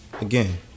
again